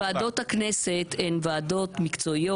ועדות הכנסת הן ועדות מקצועיות.